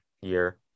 year